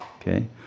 Okay